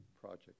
project